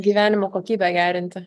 gyvenimo kokybę gerinti